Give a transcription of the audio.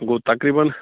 گوٚو تقریٖبن